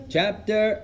Chapter